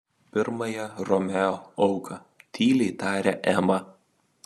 pirmąją romeo auką tyliai tarė ema